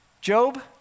Job